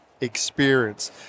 experience